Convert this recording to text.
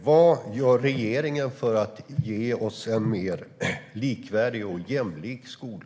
Vad gör regeringen för att ge oss en mer likvärdig och jämlik skola?